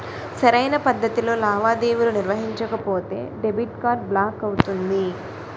సరైన పద్ధతిలో లావాదేవీలు నిర్వహించకపోతే డెబిట్ కార్డ్ బ్లాక్ అవుతుంది